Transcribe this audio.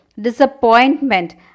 disappointment